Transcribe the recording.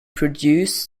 produced